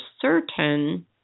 certain